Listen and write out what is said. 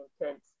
intense